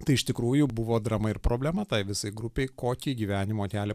tai iš tikrųjų buvo drama ir problema tai visai grupei kokį gyvenimo kelią